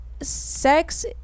sex